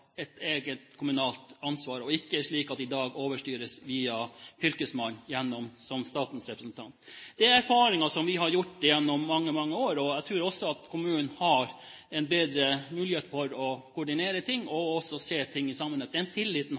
et eget kommunalt ansvar, og ikke slik som i dag, at det overstyres via fylkesmannen som statens representant. Det er erfaringer som vi har gjort gjennom mange, mange år. Jeg tror også at kommunen har en bedre mulighet for å koordinere ting og også se ting i sammenheng. Den tilliten har